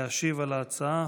להשיב על ההצעה.